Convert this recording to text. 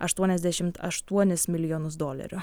aštuoniasdešim aštuonis milijonus dolerių